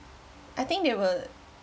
I think they were